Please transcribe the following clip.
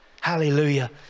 Hallelujah